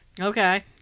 Okay